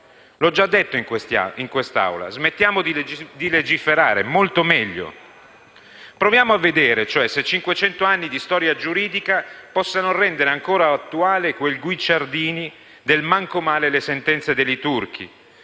L'ho già detto in quest'Aula: smettiamo di legiferare, sarebbe molto meglio. Proviamo a vedere, cioè, se cinquecento anni di storia giuridica possono rendere ancora attuale quel Guicciardini del «manco male le sentenze de' turchi»,